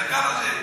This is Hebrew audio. את הקו הזה,